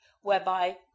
whereby